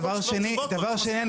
דבר שני,